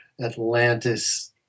Atlantis